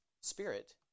Spirit